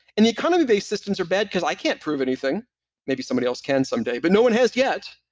and the economy based systems are bad because i can't prove anything maybe somebody else can someday, but no one has yet.